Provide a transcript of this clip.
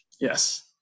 Yes